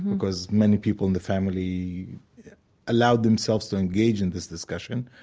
because many people in the family allowed themselves to engage in this discussion.